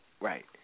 right